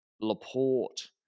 Laporte